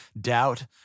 doubt